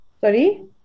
Sorry